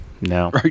no